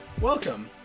Welcome